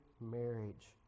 marriage